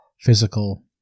physical